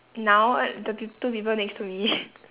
now the peop~ two people next to me